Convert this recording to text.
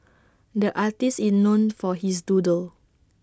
the artist is known for his doodles